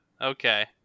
Okay